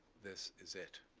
this is it.